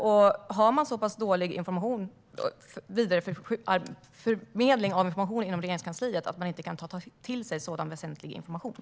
Är vidareförmedlingen av information inom Regeringskansliet så pass dålig att regeringen inte kan ta till sig sådan väsentlig information?